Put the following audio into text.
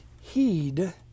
heed